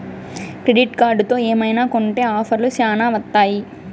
credit కార్డుతో ఏమైనా కొంటె ఆఫర్లు శ్యానా వత్తాయి